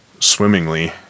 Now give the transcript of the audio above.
swimmingly